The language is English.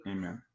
Amen